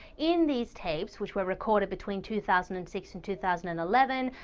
in these tapes, which were recorded between two thousand and six and two thousand and eleven,